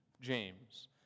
James